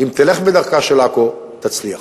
אם תלך בדרכה של עכו, תצליח.